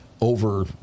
over